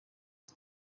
ese